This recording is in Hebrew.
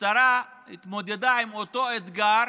המשטרה התמודדה עם אותו אתגר